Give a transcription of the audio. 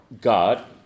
god